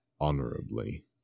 honorably